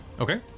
Okay